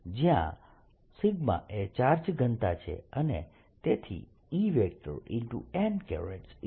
જયાં એ ચાર્જ ઘનતા છે